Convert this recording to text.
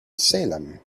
salem